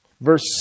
verse